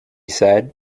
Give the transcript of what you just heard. said